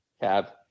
Cab